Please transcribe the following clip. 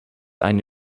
eine